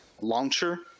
Launcher